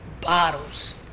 Bottles